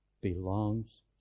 belongs